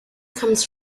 comes